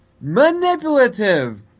manipulative